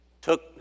took